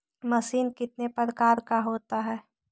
Machine कितने प्रकार का होता है?